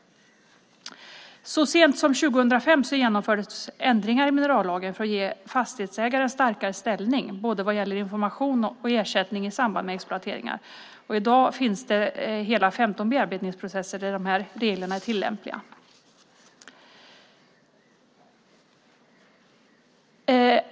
Så sent som år 2005 genomfördes ändringar i minerallagen för att ge fastighetsägare en starkare ställning både vad gäller information och vad gäller ersättning i samband med exploateringar. I dag finns det hela 15 bearbetningsprocesser där de här reglerna är tillämpliga.